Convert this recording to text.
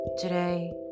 today